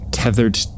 tethered